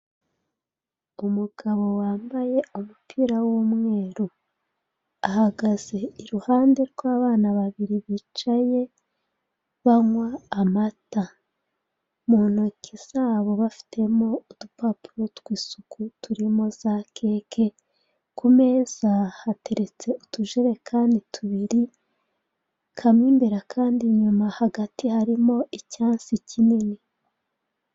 Umugabo wambaye umupira w'umweru, ahagaze iruhande rw'abana babiri bicaye banywa amata mu ntoki zabo bafitemo udupapuro tw'isuku turimo za keke, ku meza hateretse utujerekani tubiri kamwe imbere akandi inyuma, hagati harimo icyansi kinini.